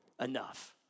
Enough